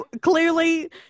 clearly